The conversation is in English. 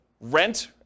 rent